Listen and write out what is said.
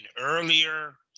earlier